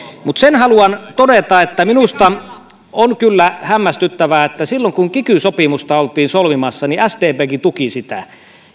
mutta sen haluan todeta että minusta tämä on kyllä hämmästyttävää silloin kun kiky sopimusta oltiin solmimassa sdpkin tuki sitä